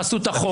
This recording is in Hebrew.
פה.